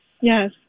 Yes